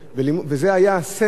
וזה היה הסמל,